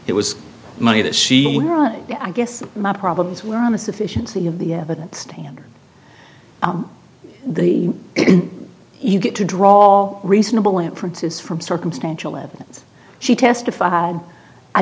it was money that she i guess my problems were on the sufficiency of the evidence standard the you get to draw reasonable inferences from circumstantial evidence she testified i